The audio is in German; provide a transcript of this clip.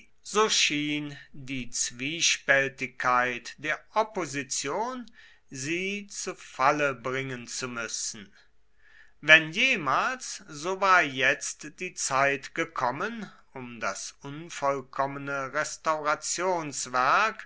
so schien die zwiespältigkeit der opposition sie zu falle bringen zu müssen wenn jemals so war jetzt die zeit gekommen um das unvollkommene restaurationswerk